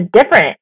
different